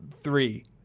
three